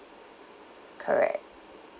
correct